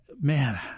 Man